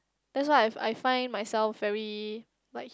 that's why I f~ I find myself very like